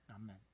Amen